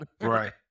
right